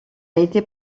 été